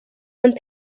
ond